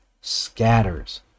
scatters